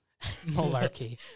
Malarkey